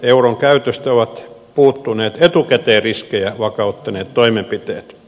euron käytöstä ovat puuttuneet etukäteen riskejä vakauttaneet toimenpiteet